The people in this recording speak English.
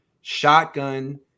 shotgun